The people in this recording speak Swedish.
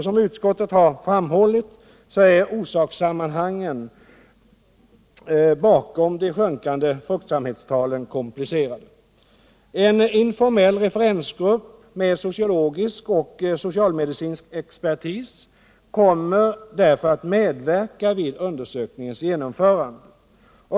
Som utskottet har framhållit är orsakssammanhangen bakom de sjunkande fruktsamhetstalen komplicerade. En informell referensgrupp med sociologisk och socialmedicinsk expertis kommer därför att medverka vid undersökningens genomförande.